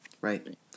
Right